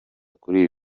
kuri